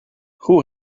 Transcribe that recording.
who